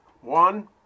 One